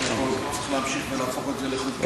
זאת אומרת, צריך להמשיך ולהפוך את זה לחוקי.